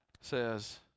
says